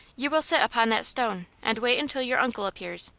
you will sit upon that stone, and wait until your uncle appears.